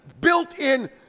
built-in